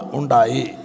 undai